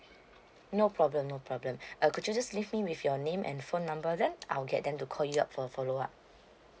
no problem no problem err could just leave me with your name and phone number then I'll get them to call you up for a follow up